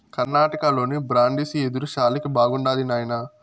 కర్ణాటకలోని బ్రాండిసి యెదురు శాలకి బాగుండాది నాయనా